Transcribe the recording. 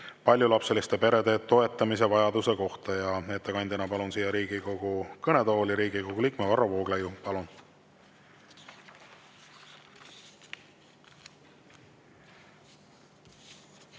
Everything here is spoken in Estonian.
paljulapseliste perede toetamise vajaduse kohta ja ettekandjana palun siia Riigikogu kõnetooli Riigikogu liikme Varro Vooglaiu. Palun!